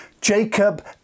Jacob